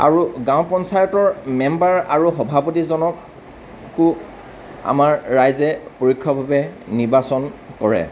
আৰু গাঁও পঞ্চায়তৰ মেম্বাৰ আৰু সভাপতিজনকো আমাৰ ৰাইজে পৰোক্ষভাবে নিৰ্বাচন কৰে